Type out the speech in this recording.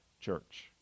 church